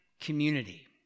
community